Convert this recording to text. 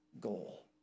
goal